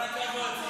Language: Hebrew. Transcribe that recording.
כל הכבוד,